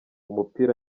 umupira